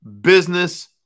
business